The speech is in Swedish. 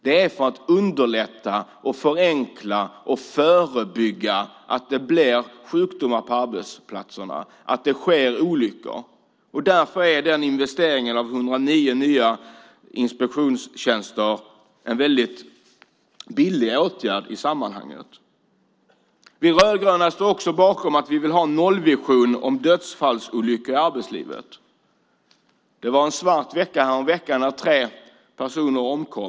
Det görs för att underlätta, förenkla och förebygga att det blir sjukdomar på arbetsplatserna och att det sker olyckor. Investeringen med 109 nya inspektionstjänster är därför en väldigt billig åtgärd i sammanhanget. Vi rödgröna står också bakom att vi vill ha en nollvision om dödsfallsolyckor i arbetslivet. Det var en svart vecka häromveckan när tre personer omkom.